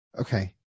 Okay